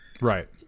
Right